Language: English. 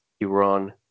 Iran